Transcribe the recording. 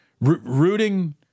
Rooting